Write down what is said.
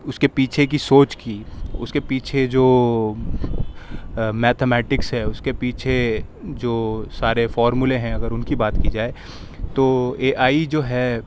اس کے پیچھے کی سوچ کی اس کے پیچھے جو میتھمیٹکس ہے اس کے پیچھے جو سارے فارمولے ہیں اگر ان کی بات کی جائے تو اے آئی جو ہے